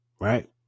right